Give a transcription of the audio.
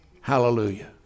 Hallelujah